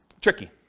tricky